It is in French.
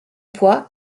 poids